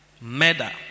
Murder